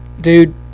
Dude